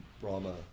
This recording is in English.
Brahma